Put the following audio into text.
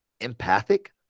empathic